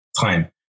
time